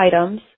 items